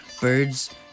birds